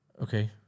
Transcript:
Okay